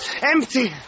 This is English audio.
Empty